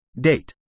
date